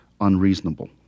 unreasonable